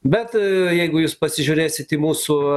bet jeigu jūs pasižiūrėsit į mūsų